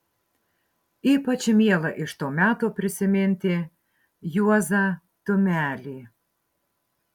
ypač miela iš to meto prisiminti juozą tumelį